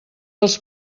els